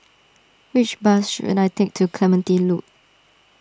which bus should I take to Clementi Loop